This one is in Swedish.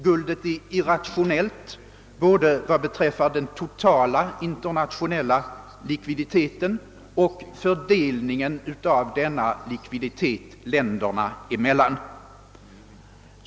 Guldet är irrationellt både vad beträffar den totala internationella likviditeten och fördelningen av denna länderna emellan.